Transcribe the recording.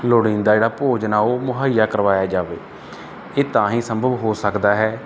ਲੋੜੀਂਦਾ ਜਿਹੜਾ ਭੋਜਨ ਆ ਉਹ ਮੁਹੱਈਆ ਕਰਵਾਇਆ ਜਾਵੇ ਇਹ ਤਾਂ ਹੀ ਸੰਭਵ ਹੋ ਸਕਦਾ ਹੈ